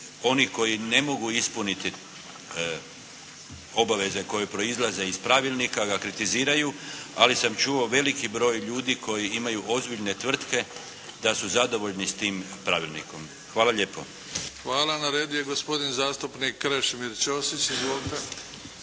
oni koji ne mogu ispuniti obaveze koje proizlaze iz pravilnika ga kritiziraju. Ali sam čuo veliki broj ljudi koji imaju ozbiljne tvrtke da su zadovoljni sa tim pravilnikom. Hvala lijepo. **Bebić, Luka (HDZ)** Hvala. Na redu je gospodin zastupnik Krešimir Ćosić. Izvolite.